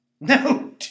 No